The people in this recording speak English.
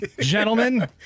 gentlemen